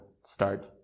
start